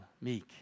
meek